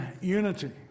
unity